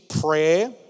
prayer